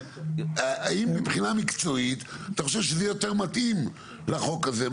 האם מבחינה מקצועית אתה חושב שזה יותר מתאים לחוק הזה,